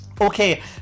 Okay